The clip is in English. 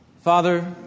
Father